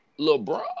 LeBron